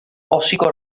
hocico